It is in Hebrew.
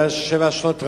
שבע שנות רעב,